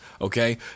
okay